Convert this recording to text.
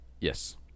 Yes